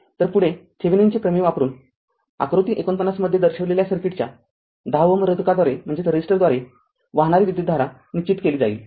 तरपुढे थेविनिनचे प्रमेय वापरून आकृती ४९ मध्ये दर्शविलेल्या सर्किटच्या १० Ω रोधकाद्वारे वाहणारी विद्युतधारा निश्चित केली जाईल